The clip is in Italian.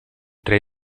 tre